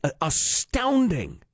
astounding